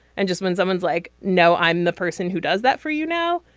and just when someone's like no i'm the person who does that for you now.